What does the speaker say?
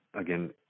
again